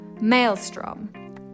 maelstrom